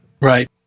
right